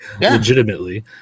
legitimately